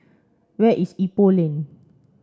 where is Ipoh Lane